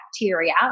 bacteria